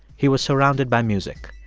he was surrounded by music,